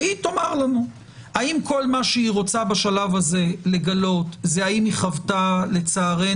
שהיא תאמר לנו האם כל מה שהיא רוצה בשלב הזה לגלות האם היא חוותה לצערנו